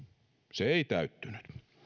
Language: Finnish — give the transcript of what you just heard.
se ei täyttynyt